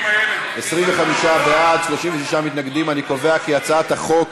ההצעה להסיר מסדר-היום את הצעת חוק